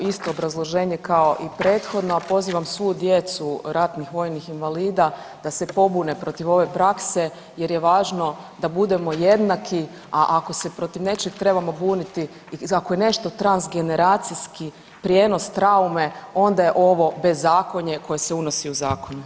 Isto obrazloženje kao i prethodno, a pozivam svu djecu ratnih vojnih invalida da se pobune protiv ove prakse jer je važno da budemo jednaki, a ako se protiv nečeg trebamo buniti i ako je nešto trans generacijski prijenos traume onda je ovo bezakonje koje se unosi u zakon.